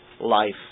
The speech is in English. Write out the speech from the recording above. life